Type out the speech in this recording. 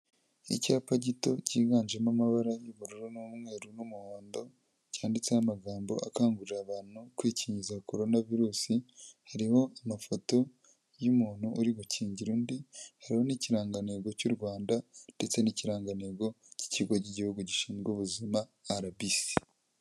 N'icyapa gito cyiganjemo amabara y'ubururu n'umweru n'umuhondo cyanditseho amagambo akangurira abantu kwikingiza Korona virui, hariho amafoto y'umuntu uri gukingira undi, hariho n'ikirangantego cy'u Rwanda ndetse n'ikirangantego cy'ikigo cy'igihugu gishinzwe ubuzima Ara Bi Si.